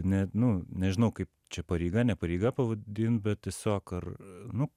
ne nu nežinau kaip čia pareiga ne pareiga pavadint bet tiesiog ar nu